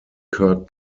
kirk